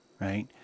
Right